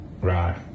right